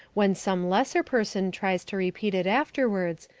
when some lesser person tries to repeat it afterwards,